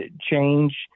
change